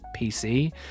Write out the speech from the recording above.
pc